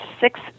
six